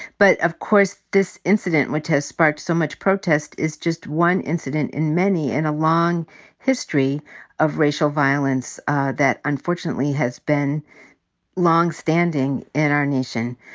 but of course this incident which has sparked so much protest is just one incident in many in a long history of racial violence that unfortunately has been longstanding in our nation.